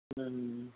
हं हं हं